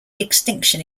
extinction